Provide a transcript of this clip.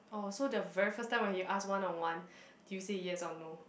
oh so very first time when he ask one on one did you say yes or no